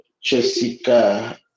jessica